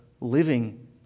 living